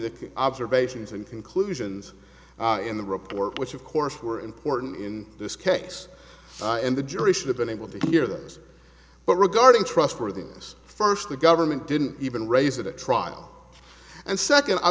the observations and conclusions in the report which of course were important in this case and the jury should have been able to hear that but regarding trustworthiness first the government didn't even raise it at trial and second i